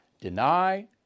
Deny